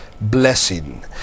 blessing